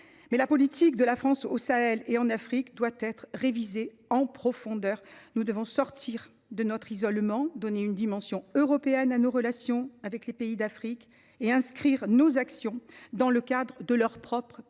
La politique de la France au Sahel et en Afrique doit être révisée en profondeur. Nous devons sortir de notre isolement, donner une dimension européenne à nos relations avec les pays d’Afrique et inscrire notre action dans le cadre de leurs propres